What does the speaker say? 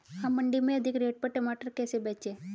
हम मंडी में अधिक रेट पर टमाटर कैसे बेचें?